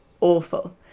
awful